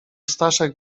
staszek